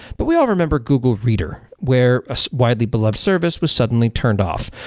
but we all remember google reader, where a widely beloved service was suddenly turned off.